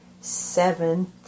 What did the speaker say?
Seventh